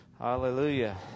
hallelujah